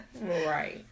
Right